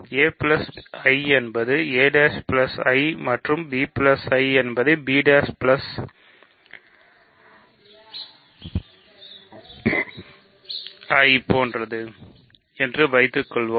a I என்பது a I மற்றும் b I என்பதை b I போன்றது என்று வைத்துக் கொள்வோம்